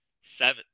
seven